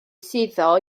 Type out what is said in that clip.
suddo